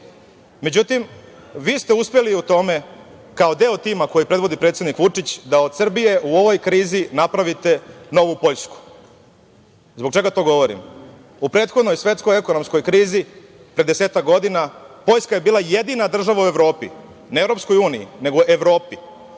vi ste uspeli u tome, kao deo tima koji predvodi predsednik Vučić, da od Srbije u ovoj krizi napravite novu Poljsku. Zbog čega to govorim? U prethodnoj svetskoj ekonomskoj krizi, pre 10-ak godina, Poljska je bila jedina država u Evropi, ne u Evropskoj uniji, nego u Evropi,